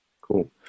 Cool